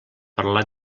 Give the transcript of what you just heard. parlar